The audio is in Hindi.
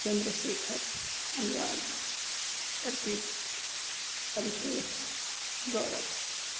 चंद्रशेखर अनुराग अर्पित अभिसेक गौरव